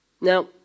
Now